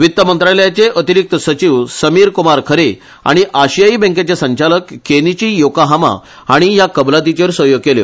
वित्त मंत्रालयाचे अतिरिक्त सचिव समिर कुमार खरे आनी आशियाई बँकेचे संचालक केनीची योकाहामा हाणी ह्या कबलातींचेर सयो केले